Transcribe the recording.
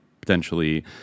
potentially